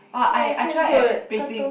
orh I I try at Beijing